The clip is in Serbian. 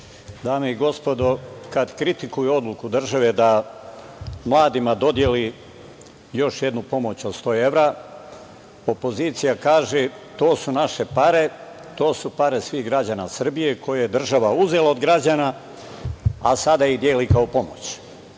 Dame i gospodo, kada kritikuju odluku države da mladima dodeli još jednu pomoć od 100 evra, opozicija kaže – to su naše pare, to su pare svih građana Srbije koje je država uzela od građana, a sada ih deli kao pomoć. Prvo,